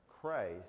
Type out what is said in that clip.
Christ